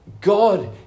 God